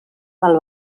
del